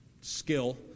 skill